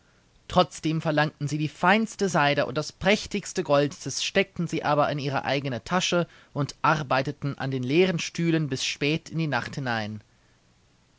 trotzdem verlangten sie die feinste seide und das prächtigste gold das steckten sie aber in ihre eigene tasche und arbeiteten an den leeren stühlen bis spät in die nacht hinein